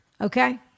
Okay